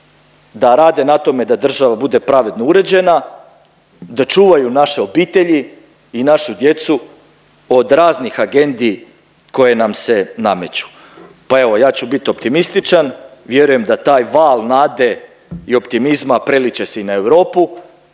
da rade na tome da država bude pravedno uređena, da čuvaju naše obitelji i našu djecu od raznih agendi koje nam se nameću. Pa evo ja ću biti optimističan, vjerujem da taj val nade i optimizma prelit će se i na Europu